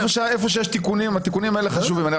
איפה שיש תיקונים והתיקונים האלה חשובים.